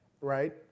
right